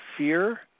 Fear